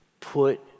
Put